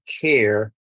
care